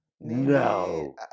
No